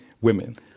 women